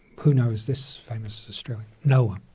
who knows this famous australian? no-one.